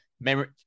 memory